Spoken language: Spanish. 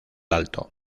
alto